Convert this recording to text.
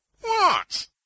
What